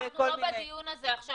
אנחנו לא בדיון הזה עכשיו.